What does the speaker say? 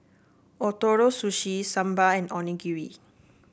Ootoro Sushi Sambar and Onigiri